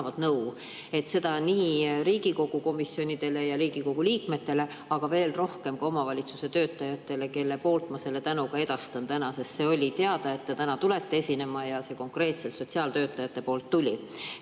nõu nii Riigikogu komisjonidele kui ka Riigikogu liikmetele, aga veel rohkem omavalitsuse töötajatele, kelle tänu ma täna edastan, sest oli teada, et te täna tulete esinema, ja see konkreetselt sotsiaaltöötajatelt tuli.